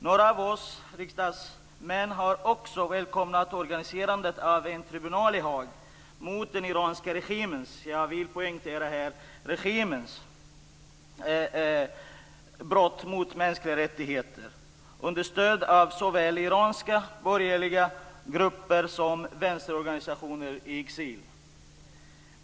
Några av oss riksdagsmän har också välkomnat organiserandet av en tribunal i Haag mot den iranska regimens - jag vill här poängtera att det gäller regimen - brott mot mänskliga rättigheter, understödd av såväl iranska borgerliga grupper som vänsterorganisationer i exil.